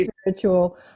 spiritual